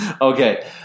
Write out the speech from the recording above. Okay